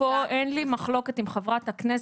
פה אין לי מחלוקת עם חברת הכנסת,